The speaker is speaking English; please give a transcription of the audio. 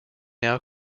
now